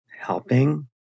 helping